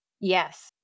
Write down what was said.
Yes